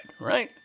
right